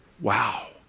Wow